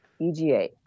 EGA